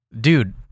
Dude